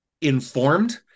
informed